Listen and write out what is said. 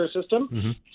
system